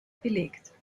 belegt